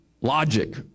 logic